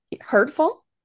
hurtful